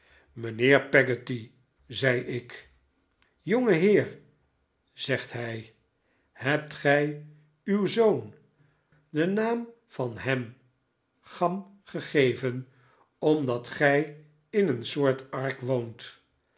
het eindje jongeheer zegt hij hebt gij uw zoon den naam van ham cham gegeven omdat gij in een soort ark woont